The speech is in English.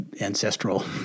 ancestral